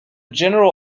general